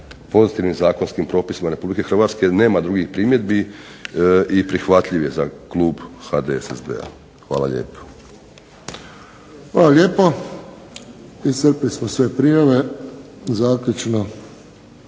pozitivnim zakonskim propisima RH. Nema drugih primjedbi i prihvatljiv je za klub HDSSB-a. Hvala lijepo. **Friščić, Josip (HSS)** Hvala lijepo. Iscrpili smo sve prijave. Zaključno